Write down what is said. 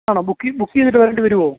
ആണോ book book ചെയ്തിട്ട് വരേണ്ടി വരുവോ